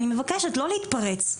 אני מבקשת לא להתפרץ,